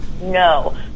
No